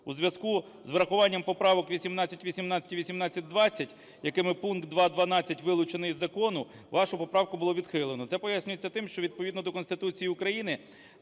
У зв'язку з врахуванням поправок 1818 і 1820, якими пункт 2.12 вилучений з закону, вашу поправку було відхилено. Це пояснюється тим, що відповідно до Конституції України